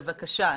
בבקשה,